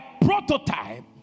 prototype